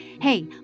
hey